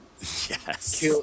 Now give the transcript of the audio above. Yes